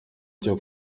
cyo